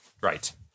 Right